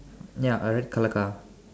ya a red colour car